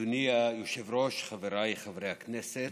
אדוני היושב-ראש, חבריי חברי הכנסת,